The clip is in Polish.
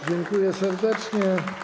Dziękuję serdecznie.